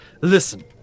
listen